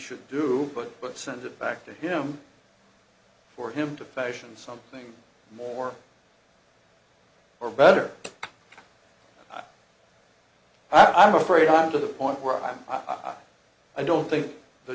should do but but send it back to him for him to fashion something more or better i'm afraid i'm to the point where i'm i i i don't think the